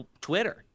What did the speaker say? Twitter